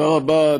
תודה רבה,